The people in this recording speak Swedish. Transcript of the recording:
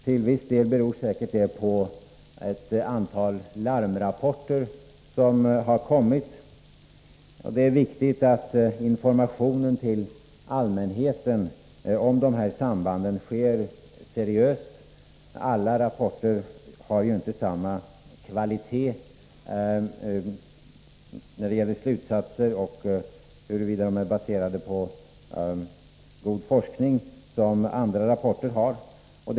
Till viss del beror säkert det på ett antal larmrapporter som har kommit. Det är viktigt att informationen till allmänheten om de här sambanden sker seriöst. Alla rapporter har inte samma kvalitet när det gäller om slutsatserna är baserade på god forskning eller inte.